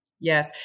Yes